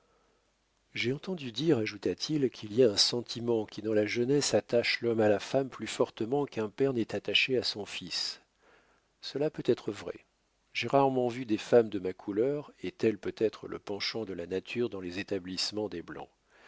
j'ai entendu dire ajouta-t-il qu'il y a un sentiment qui dans la jeunesse attache l'homme à la femme plus fortement qu'un père n'est attaché à son fils cela peut être vrai j'ai rarement vu des femmes de ma couleur et tel peut être le penchant de la nature dans les établissements des blancs